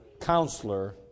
Counselor